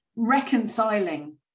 reconciling